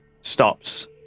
stops